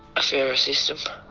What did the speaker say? a fairer system.